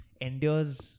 endures